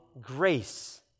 grace